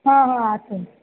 ಹಾಂ ಹಾಂ ಆತು ರೀ